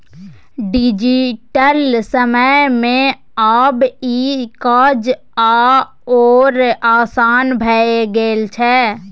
digital समय मे आब ई काज आओर आसान भए गेल छै